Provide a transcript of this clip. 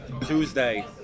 Tuesday